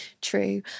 true